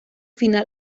final